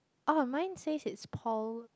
oh mine says it's Paul